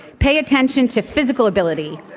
pay attention to physical ability,